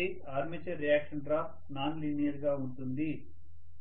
అయితే armature reaction drop non linear గా ఉంటుంది